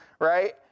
right